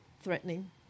threatening